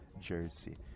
jersey